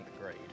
grade